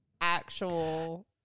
actual